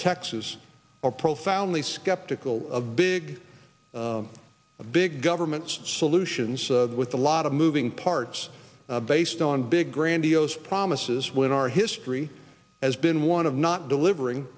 texas are profoundly skeptical of big big government solutions with a lot of moving parts of a stone big grandiose promises when our history has been one of not delivering